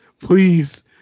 please